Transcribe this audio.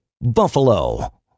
Buffalo